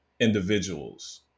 individuals